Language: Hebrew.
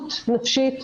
מבריאות נפשית,